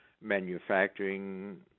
manufacturing